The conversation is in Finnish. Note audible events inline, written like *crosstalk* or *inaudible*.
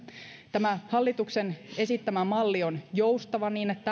tämä hallituksen esittämä malli on joustava niin että *unintelligible*